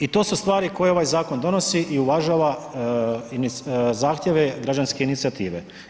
I to su stvari koje ovaj zakon donosi i uvažava zahtjeve građanske inicijative.